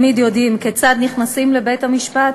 תמיד יודעים כיצד נכנסים לבית-המשפט,